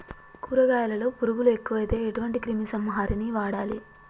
కూరగాయలలో పురుగులు ఎక్కువైతే ఎటువంటి క్రిమి సంహారిణి వాడాలి?